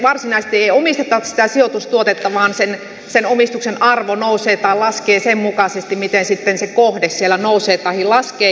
varsinaisesti ei omisteta sitä sijoitustuotetta vaan sen omistuksen arvo nousee tai laskee sen mukaisesti miten sitten se kohde nousee tahi laskee